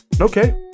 Okay